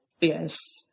Yes